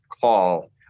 call